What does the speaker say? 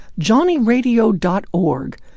johnnyradio.org